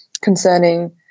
concerning